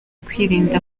kwirinda